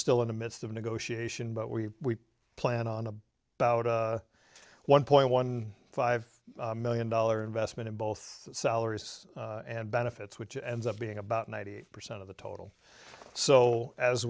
still in the midst of negotiation but we plan on a one point one five million dollars investment in both salaries and benefits which ends up being about ninety percent of the total so as